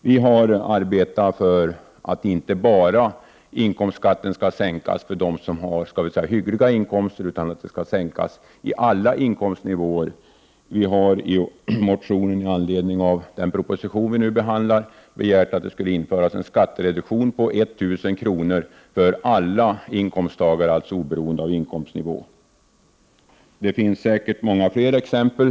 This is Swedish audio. Vi har arbetat för att inkomstskatten skall sänkas inte bara för hyggliga inkomster utan för inkomster på alla nivåer. Vi har i en motion med anledning av den proposition som vi nu behandlar begärt en skattereduktion på 1 000 kr. för alla inkomsttagare oberoende av inkomstnivå. Det finns säkert många fler exempel.